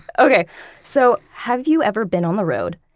okay so, have you ever been on the road,